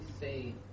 say